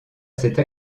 cette